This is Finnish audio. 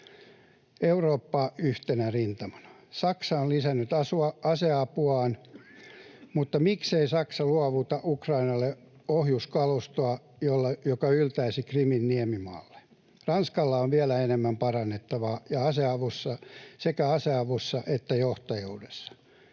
Eurooppaa yhtenä rintamana. Saksa on lisännyt aseapuaan, mutta miksei Saksa luovuta Ukrainalle ohjuskalustoa, joka yltäisi Krimin niemimaalle? Ranskalla on vielä enemmän parannettavaa sekä ase-avussa että johtajuudessa.